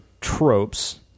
tropes